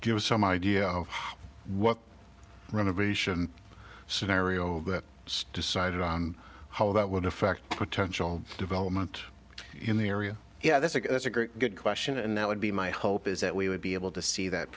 give us some idea of what renovation scenario a bit stiff sighted how that would affect potential development in the area yeah that's a good that's a great good question and that would be my hope is that we would be able to see that